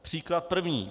Příklad první.